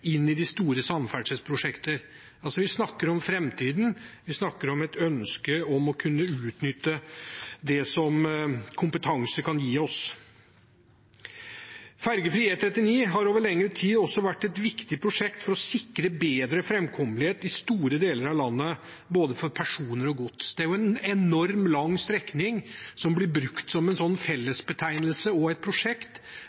inn i de store samferdselsprosjektene. Vi snakker om framtiden, vi snakker om et ønske om å kunne utnytte det som kompetanse kan gi oss. Fergefri E39 har over lengre tid vært et viktig prosjekt for å sikre bedre framkommelighet i store deler av landet, for både personer og gods. Det er en enorm, lang strekning som blir brukt som en